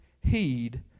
heed